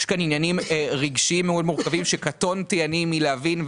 יש כאן עניינים רגשיים מאוד מורכבים שקטונתי אני מלהבין,